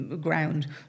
ground